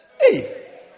Hey